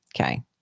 Okay